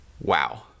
Wow